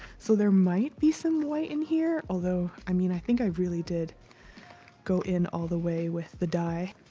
so there might be some white in here, although i mean, i think i really did go in all the way with the dye.